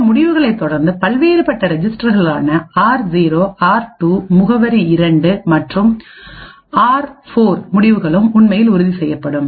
இந்த முடிவுகளை தொடர்ந்து பல்வேறுபட்ட ரெஜிஸ்டர்களான ஆர்0 ஆர்2 முகவரி 2 மற்றும் ஆர்4 முடிவுகளும் உண்மையில் உறுதி செய்யப்படும்